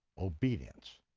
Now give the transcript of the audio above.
obedience.